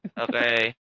Okay